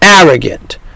arrogant